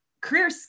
career